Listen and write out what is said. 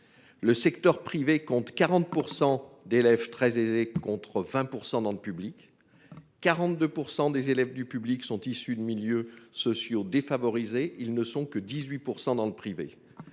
Le secteur privé compte 40% d'élèves très aisés, contre 20% dans le public, 42% des élèves du public sont issus de milieux sociaux défavorisés. Ils ne sont que 18% dans le privé.